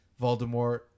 Voldemort